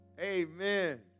Amen